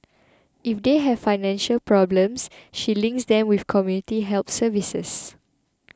if they have financial problems she links them with community help services